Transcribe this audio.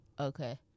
Okay